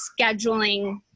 scheduling